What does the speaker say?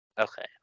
Okay